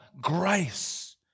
grace